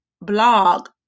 blog